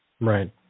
right